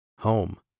Home